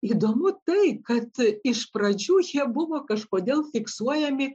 įdomu tai kad iš pradžių jie buvo kažkodėl fiksuojami